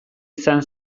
izan